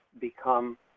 become